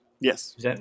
Yes